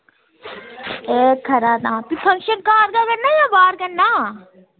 एह् खरा तां फ्ही फंक्शन घर गै करना जां बाह्र करना